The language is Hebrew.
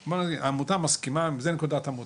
מסכים, בוא נגיד, העמותה מסכימה וזו נקודת המוצא,